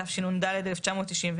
תשנ"ד-1994,